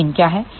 Pin क्या है